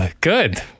Good